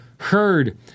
heard